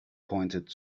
pointed